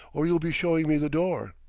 or you'll be showing me the door.